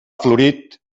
florit